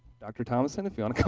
dr. thomason if you want